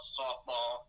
softball